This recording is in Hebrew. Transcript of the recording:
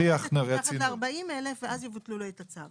להוכיח מתחת 40,000 אלא ואז יבטלו לו את הצו.